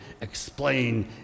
explain